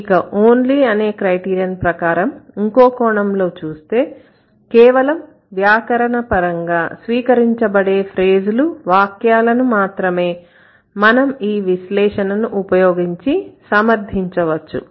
ఇక 'only' అనే criterion ప్రకారం ఇంకో కోణంలో చూస్తే కేవలం వ్యాకరణ పరంగా స్వీకరించబడే ఫ్రేజ్ లు వాక్యాలను మాత్రమే మనం ఈ విశ్లేషణను ఉపయోగించి సమర్ధించవచ్చు